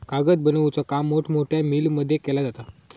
कागद बनवुचा काम मोठमोठ्या मिलमध्ये केला जाता